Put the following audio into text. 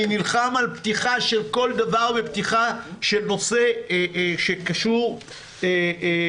אני נלחם על פתיחה של כל דבר ופתיחה של נושא שקשור למשק.